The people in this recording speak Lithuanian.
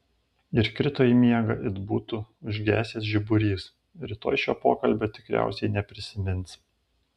ir krito į miegą it būtų užgesęs žiburys rytoj šio pokalbio tikriausiai neprisimins